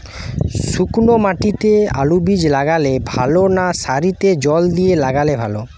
শুক্নো মাটিতে আলুবীজ লাগালে ভালো না সারিতে জল দিয়ে লাগালে ভালো?